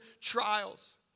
trials